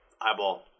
eyeball